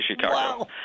Chicago